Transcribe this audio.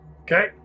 Okay